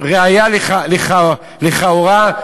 ראיה לכאורה.